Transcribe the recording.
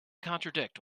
contradict